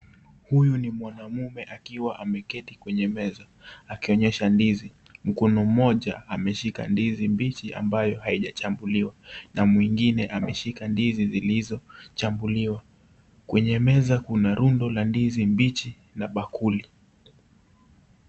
Huyu ni mwanaume akiwa ameketi kwenye meza akionyesha ndizi mkono moja ameshika ndizi mbichi ambayo haijachambuliwa na mwingine ameshika ndizi zilizo chambuliwa, kwenye meza kuna rundo la ndizi mbichi na bakuli.